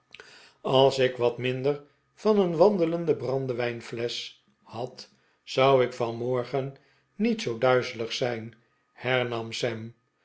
als ik wat minder van een wandelende brandewijnflesch had zou ik vanmorgen niet zoo duizelig zijn hernam